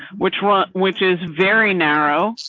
which one, which is very narrow.